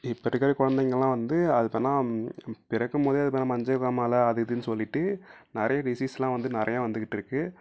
இப்போ இருக்கிற குழந்தைங்கள்லாம் வந்து அதுக்கான பிறக்கும் போதே அதுக்கான மஞ்சள் காமாலை அது இதுன்னு சொல்லிவிட்டு நிறைய டிசீஸ்செல்லாம் வந்து நிறையா வந்துக்கிட்டு இருக்குது